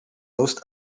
most